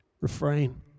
Refrain